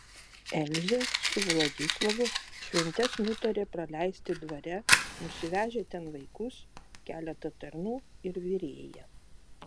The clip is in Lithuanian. elzė su vladislovu šventes nutarė praleisti dvare nusivežę ten vaikus keletą tarnų ir virėją